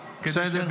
בסדר?